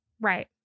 Right